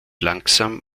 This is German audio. langsam